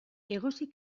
egosi